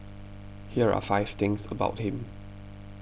here are five things about him